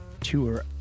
Tour